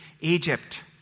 Egypt